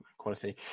quality